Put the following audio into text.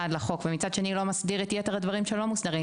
לחוק ומצד שני לא מסדיר את יתר הדברים שלא מוסדרים,